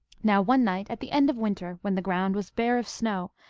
now, one night at the end of winter, when the ground was bare of snow,